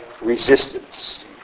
resistance